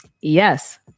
Yes